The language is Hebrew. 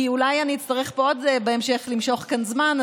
כי אולי אני אצטרך בהמשך למשוך כאן עוד זמן,